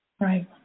right